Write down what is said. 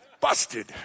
Busted